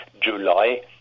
July